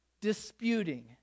disputing